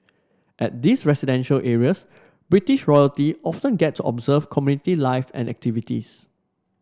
at these residential areas British royalty often get to observe community life and activities